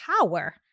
power